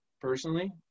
personally